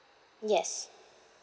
yes